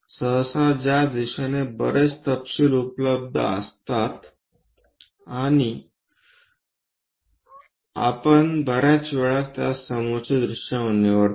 सहसाज्या दिशेने बरेच तपशील उपलब्ध असतात आपण बर्याच वेळा त्यास समोरचे दृश्य म्हणून निवडतो